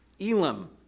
Elam